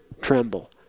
tremble